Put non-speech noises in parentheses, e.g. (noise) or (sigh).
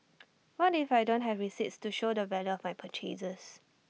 (noise) what if I don't have receipts to show the value of my purchases